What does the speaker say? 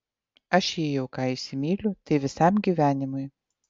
aš jei jau ką įsimyliu tai visam gyvenimui